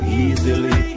easily